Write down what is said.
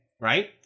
right